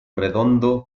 redondo